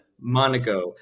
Monaco